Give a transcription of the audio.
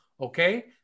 Okay